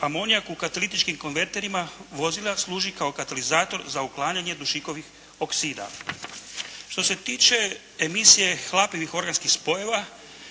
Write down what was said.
amonijak u kataličkim konverterima vozila služi kao katalizator za uklanjanje dušikovih oksida. Što se tiče emisije hlapljivih organskih spojeva,